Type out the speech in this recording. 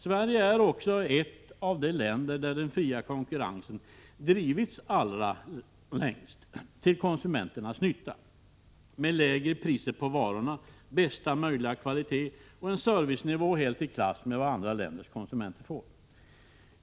Sverige är ett av de länder där den fria konkurrensen drivits allra längst — till konsumenternas nytta, med lägre priser på varorna, bästa möjliga kvalitet och en servicenivå helt i klass med vad andra länders konsumenter får.